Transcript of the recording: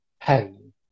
pain